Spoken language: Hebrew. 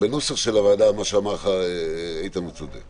בנוסח של הוועדה, מה שאמר לך איתן, הוא צודק.